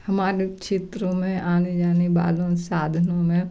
हमारे क्षेत्रों में आने जाने वाले साधनों में